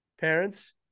parents